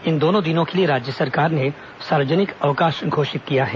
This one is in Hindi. इन दोनों दिनों के लिए राज्य सरकार ने सार्वजनिक अवकाश घोषित किया है